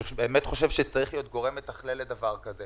אני באמת חושב שצריך להיות גורם מתכלל לדבר כזה.